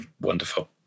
Wonderful